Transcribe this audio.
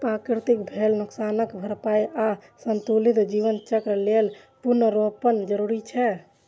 प्रकृतिक भेल नोकसानक भरपाइ आ संतुलित जीवन चक्र लेल पुनर्वनरोपण जरूरी छै